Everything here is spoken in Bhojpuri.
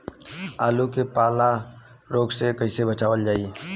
आलू के पाला रोग से कईसे बचावल जाई?